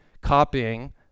copying